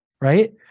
right